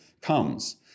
comes